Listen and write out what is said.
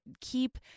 Keep